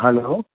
hello